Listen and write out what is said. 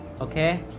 Okay